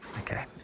Okay